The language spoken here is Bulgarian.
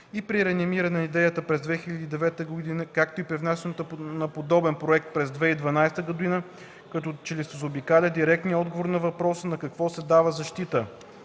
и при реанимиране на идеята през 2009 г., както и при внасянето на подобен проект през 2012 г., като че ли се заобикаля директният отговор на въпроса на какво се дава защита